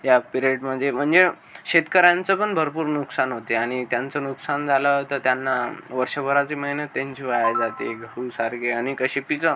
या पिरेडमध्ये म्हणजे शेतकऱ्यांचं पण भरपूर नुकसान होते आणि त्यांचं नुकसान झालं तं त्यांना वर्षभराची मेहनत त्यांची वाया जाते गहूसारखे अनेक अशी पिकं